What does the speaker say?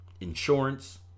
Insurance